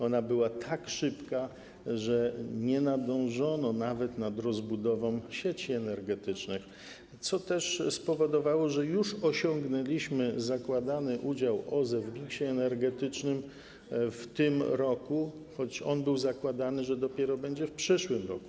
Ona była tak szybka, że nie nadążono nawet z rozbudową sieci energetycznych, co też spowodowało, że już osiągnęliśmy zakładany udział OZE w miksie energetycznym w tym roku, choć zakładaliśmy, że dopiero będzie to w przyszłym roku.